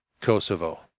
Kosovo